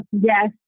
Yes